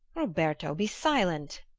roberto, be silent!